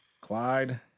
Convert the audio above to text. Clyde